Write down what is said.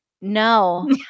no